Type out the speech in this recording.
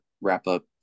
wrap-up